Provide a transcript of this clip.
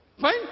fine